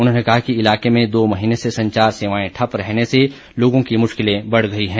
उन्होंने कहा कि इलाके में दो महीने से संचार सेवाएं ठप्प रहने से लोगों की मुश्किलें बढ़ गई हैं